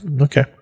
Okay